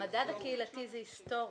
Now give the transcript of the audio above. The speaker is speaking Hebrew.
המדד הקהילתי זה היסטורית.